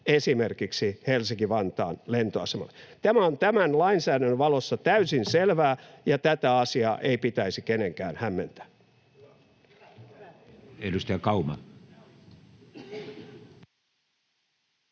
esimerkiksi Helsinki-Vantaan lentoasemalle. Tämä on tämän lainsäädännön valossa täysin selvää, ja tätä asiaa ei pitäisi kenenkään hämmentää.